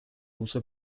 also